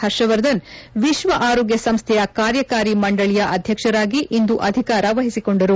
ಹರ್ಷವರ್ಧನ್ ವಿಶ್ವ ಆರೋಗ್ಲ ಸಂಸ್ಥೆಯ ಕಾರ್ಯಕಾರಿ ಮಂಡಳಿಯ ಅಧ್ಯಕ್ಷರಾಗಿ ಇಂದು ಅಧಿಕಾರ ವಹಿಸಿಕೊಂಡರು